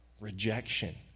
rejection